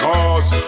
Cause